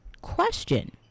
question